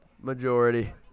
Majority